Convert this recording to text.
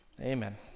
Amen